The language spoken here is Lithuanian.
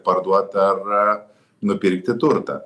parduot ar nupirkti turtą